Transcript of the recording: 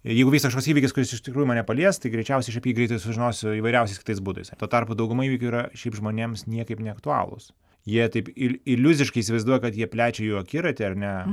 jeigu vyks kažkoks įvykis kuris iš tikrųjų mane palies tai greičiausiai aš apie jį greitai sužinosiu įvairiausiais kitais būdais tuo tarpu dauguma įvykių yra šiaip žmonėms niekaip neaktualūs jie taip il iliuziškai įsivaizduoja kad jie plečia jų akiratį ar ne